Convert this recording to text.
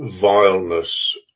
vileness